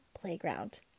playground